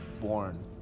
born